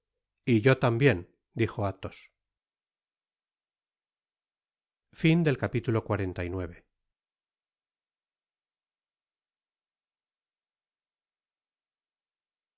y yo tambien dijo porthos